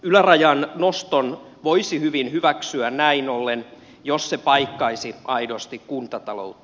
ylärajan noston voisi hyvin hyväksyä näin ollen jos se paikkaisi aidosti kuntataloutta